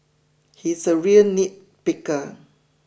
he is a real nitpicker